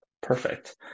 Perfect